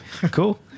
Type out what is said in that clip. Cool